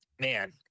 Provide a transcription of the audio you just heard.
Man